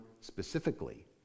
specifically